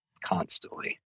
constantly